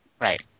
Right